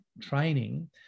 training